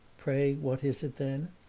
pray what is it then?